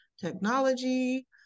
technology